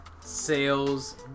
sales